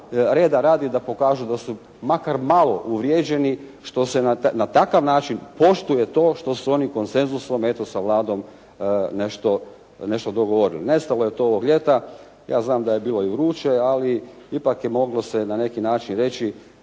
reda radi da pokažu da su makar malo uvrijeđeni što se na takav način poštuje to što su oni konsenzusom eto sa Vladom nešto dogovorili. Nestalo je to ovog ljeta, ja znam da je bilo i vruće, ali ipak moglo se na neki način reći